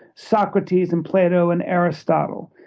socrates and plato and aristotle.